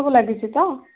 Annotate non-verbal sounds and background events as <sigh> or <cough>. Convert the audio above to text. <unintelligible> ଲାଗିଛି ତ